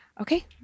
Okay